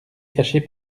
caché